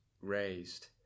raised